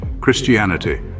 Christianity